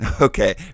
Okay